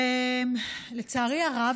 לצערי הרב,